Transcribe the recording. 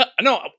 no